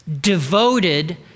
devoted